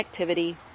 connectivity